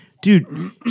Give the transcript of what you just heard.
Dude